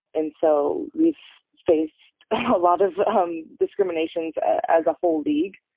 and so we've faced a lot of um discriminations as a whole league,